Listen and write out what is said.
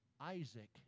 Isaac